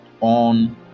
on